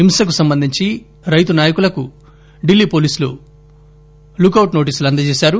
హింసకు సంబంధించి రైతు నాయకులకు ఢిల్లీ పోలీసులు లుక్ ఔట్ నోటీసులు అందజేశారు